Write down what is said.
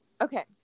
Okay